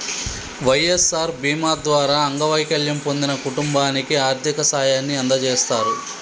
వై.ఎస్.ఆర్ బీమా ద్వారా అంగవైకల్యం పొందిన కుటుంబానికి ఆర్థిక సాయాన్ని అందజేస్తారు